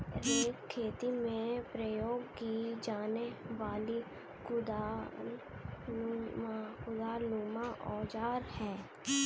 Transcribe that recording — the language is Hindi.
रेक खेती में प्रयोग की जाने वाली कुदालनुमा औजार है